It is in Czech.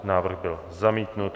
Návrh byl zamítnut.